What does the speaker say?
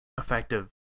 effective